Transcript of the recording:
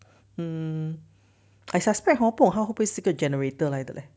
hmm I suspect hor 不懂他会不会 secret generator 来的 eh